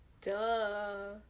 Duh